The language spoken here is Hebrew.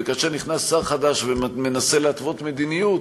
וכאשר נכנס שר חדש ומנסה להתוות מדיניות